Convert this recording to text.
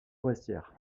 forestière